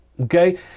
Okay